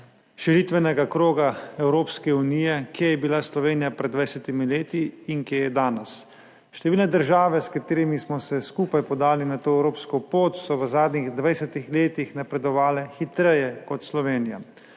širitvenega kroga Evropske unije, kje je bila Slovenija pred 20 leti in kje je danes. Številne države, s katerimi smo se skupaj podali na to evropsko pot, so v zadnjih 20 letih napredovale hitreje kot Slovenija,